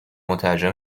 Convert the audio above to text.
مترجم